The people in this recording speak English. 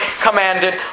commanded